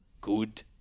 good